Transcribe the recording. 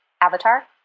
Avatar